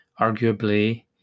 arguably